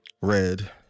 red